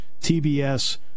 TBS